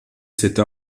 cette